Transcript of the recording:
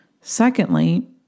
Secondly